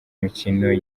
mikino